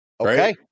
Okay